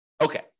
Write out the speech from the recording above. Okay